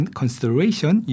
consideration